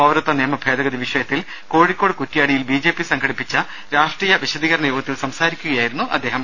പൌരത്വനിയമഭേദഗതി വിഷയ ത്തിൽ കോഴിക്കോട് കുറ്റിയാടിയിൽ ബി ജെ പി സംഘടിപ്പിച്ച രാഷ്ട്രീയ വിശദീകരണ യോഗത്തിൽ സംസാരിക്കുകയായിരുന്നു അദ്ദേഹം